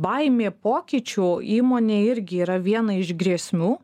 baimė pokyčių įmonėj irgi yra viena iš grėsmių